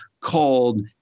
called